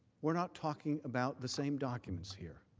we are not talking about the same documents here.